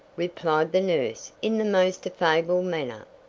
replied the nurse in the most affable manner.